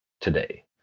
today